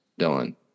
Dylan